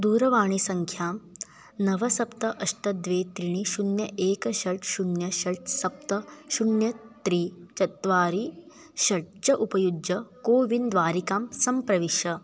दूरवाणीसङ्ख्यां नव सप्त अष्ट द्वे त्रीणि शुन्यं एक षट् शुन्यं षट् सप्त शुन्यं त्रीणि चत्वारि षट् च उपयुज्य कोविन् द्वारिकां सम्प्रविश